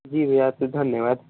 जी भैया आपसे धन्यवाद